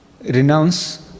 renounce